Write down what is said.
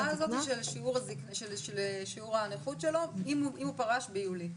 הזאת של שיעור הנכות שלו אם הוא פרש ביולי?